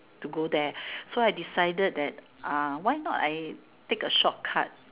to go there so I decided that uh why not I take a short cut